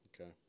Okay